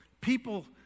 People